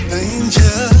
Danger